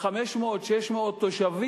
500 600 תושבים,